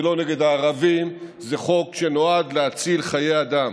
זה לא נגד הערבים, זה חוק שנועד להציל חיי אדם.